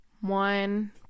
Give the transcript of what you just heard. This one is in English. one